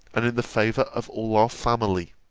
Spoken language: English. and in the favour of all our family.